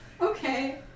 Okay